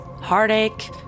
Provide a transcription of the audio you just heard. heartache